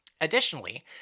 Additionally